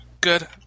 good